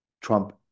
Trump